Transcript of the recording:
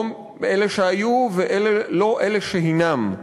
לא אלה שהיו ולא אלה שהנם.